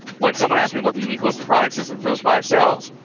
when someone asked me, what the unique list of products is in those five cells?